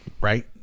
Right